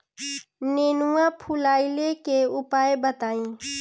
नेनुआ फुलईले के उपाय बताईं?